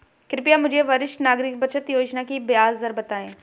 कृपया मुझे वरिष्ठ नागरिक बचत योजना की ब्याज दर बताएं